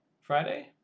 Friday